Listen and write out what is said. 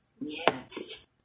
Yes